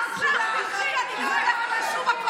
באיזו זכות את אומרת לי את זה?